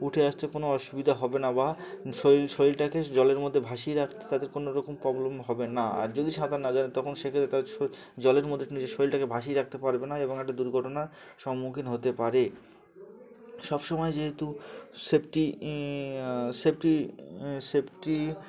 উঠে আসতে কোনো অসুবিধা হবে না বা শরীর শরীরটাকে জলের মধ্যে ভাসিয়ে রাখতে তাদের কোনো রকম প্রবলেম হবে না আর যদি সাঁতার না জানে তখন সে ক্ষেত্রে তারা জলের মধ্যে নিজের শরীরটাকে ভাসিয়ে রাখতে পারবে না এবং একটা দুর্ঘটনার সম্মুখীন হতে পারে সব সমময় যেহেতু সেফটি সেফটি সেফটি